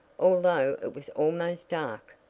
although it was almost dark.